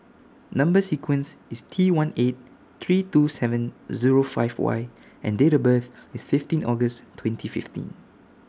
Number sequence IS T one eight three two seven Zero five Y and Date of birth IS fifteen August twenty fifteen